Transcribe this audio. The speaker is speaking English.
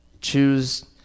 choose